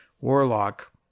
warlock